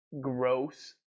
gross